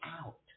out